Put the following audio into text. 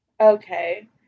Okay